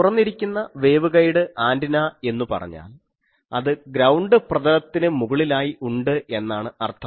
തുറന്നിരിക്കുന്ന waveguide antenna എന്നുപറഞ്ഞാൽ അത് ground പ്രതലത്തിന് മുകളിലായി ഉണ്ട് എന്നാണ് അർത്ഥം